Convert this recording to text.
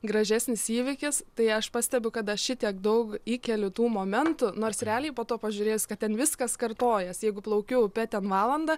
gražesnis įvykis tai aš pastebiu kad aš šitiek daug įkeliu tų momentų nors realiai po to pažiūrėjus kad ten viskas kartojas jeigu plaukiu upe ten valandą